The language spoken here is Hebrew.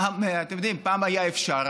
אתם יודעים, פעם היה אפשר.